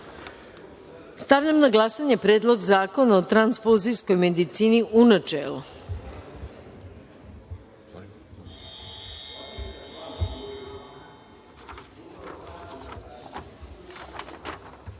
stavljam na glasanje Predlog zakona o transfuzijskoj medicini, u